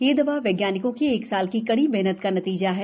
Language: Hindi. यह दवा वैज्ञानिकों की एक साल की कड़ी मेहनत का नतीजा है